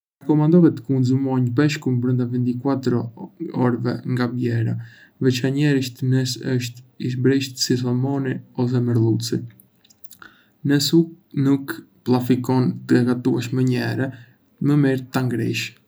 Rekomandohet të konsumoni peshkun brënda njëzet e katër orëve nga blerja, veçanërisht nëse është i brishtë si salmoni ose merluci. Nëse nuk planifikon ta gatuash menjëherë, më mirë ta ngrish.